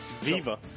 Viva